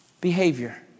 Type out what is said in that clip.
Behavior